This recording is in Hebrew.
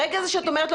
ברגע הזה שאת אומרת לו,